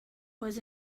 was